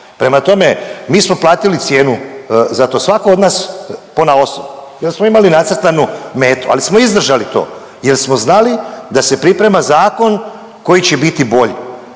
Prema tome, mi smo platili cijenu, zato svatko od nas ponaosob jer smo imali nacrtanu metu, ali smo izdržali to jer smo znali da se priprema zakon koji će biti bolji